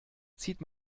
zieht